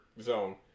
zone